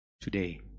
today